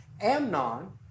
Amnon